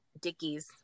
Dickies